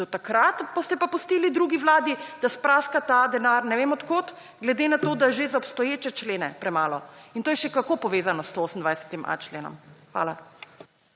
Do takrat boste pa pustili drugi vladi, da spraska ta denar ne vem od kod glede na to, da je že za obstoječe člene premalo. In to je še kako povezano s 128.a členom. Hvala.